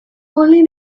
only